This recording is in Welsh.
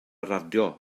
radio